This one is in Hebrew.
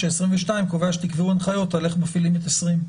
כאשר סעיף 22 קובע שתקבעו הנחיות על איך מפעילים את סעיף 20?